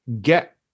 get